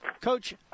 Coach